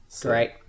great